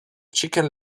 chicken